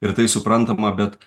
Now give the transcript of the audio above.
ir tai suprantama bet